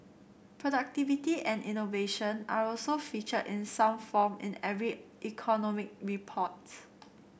productivity and innovation are also featured in some form in every economic reports